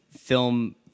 film